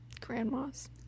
grandmas